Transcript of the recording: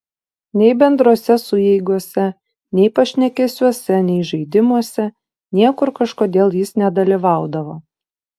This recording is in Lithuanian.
nei bendrose sueigose nei pašnekesiuose nei žaidimuose niekur kažkodėl jis nedalyvaudavo